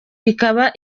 ikaba